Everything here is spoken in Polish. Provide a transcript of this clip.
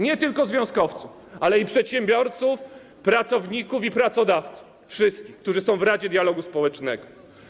Nie tylko związkowców, ale i przedsiębiorców, pracowników i pracodawców, wszystkich, którzy są w Radzie Dialogu Społecznego?